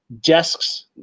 desks